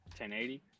1080